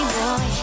boy